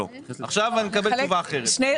עכשיו אני מקבל תשובה אחרת.